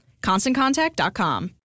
ConstantContact.com